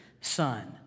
son